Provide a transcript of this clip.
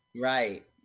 Right